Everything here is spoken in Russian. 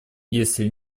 если